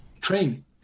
train